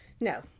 No